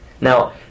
Now